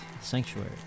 sanctuary